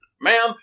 ma'am